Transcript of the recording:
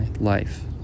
life